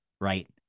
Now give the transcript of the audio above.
right